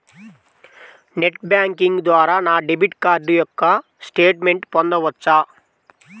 Net banking ద్వారా నా debit card యొక్క స్టేట్మెంట్ పొందవచ్చా?